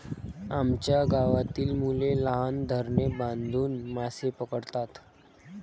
आमच्या गावातील मुले लहान धरणे बांधून मासे पकडतात